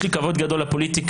יש לי כבוד גדול לפוליטיקה,